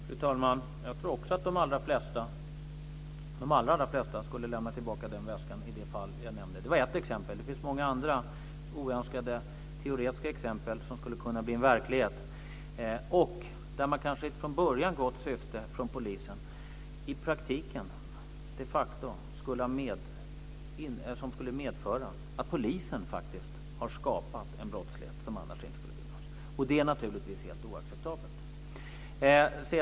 Fru talman! Jag tror också att de allra flesta skulle lämna tillbaka väskan i det fall jag nämnde. Det var ett exempel. Det finns många andra oönskade teoretiska exempel som skulle kunna bli verklighet, där det från början i ett gott syfte från polisens sida i praktiken skulle medföra att polisen har skapat en brottslighet som annars inte skulle finnas. Det är naturligtvis helt oacceptabelt.